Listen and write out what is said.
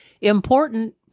important